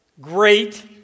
great